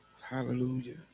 Hallelujah